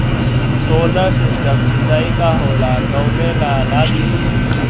Solar system सिचाई का होला कवने ला लागी?